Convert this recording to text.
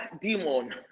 demon